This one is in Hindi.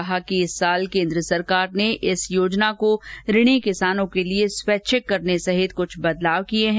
उन्होंने बताया कि इस वर्ष केन्द्र सरकार ने इस योजना को ऋणी किसानों के लिए स्वैच्छिक करने सहित कुछ बदलाव किए हैं